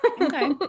Okay